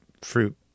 fruit